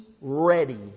ready